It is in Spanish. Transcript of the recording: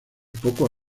poco